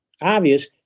obvious